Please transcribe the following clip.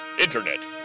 Internet